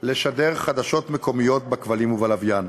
לשדר חדשות מקומיות בכבלים ובלוויין.